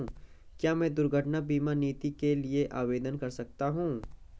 क्या मैं दुर्घटना बीमा नीति के लिए आवेदन कर सकता हूँ?